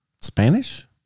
Spanish